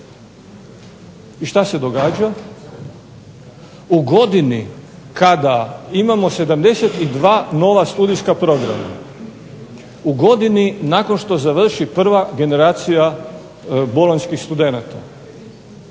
i šta se događa? U godini kada imamo 72 nova studijska programa, u godini nakon što završi prva generacija bolonjskih studenata,